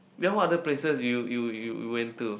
then what other places you you you went to